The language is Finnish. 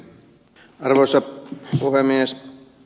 arvoisa puhemies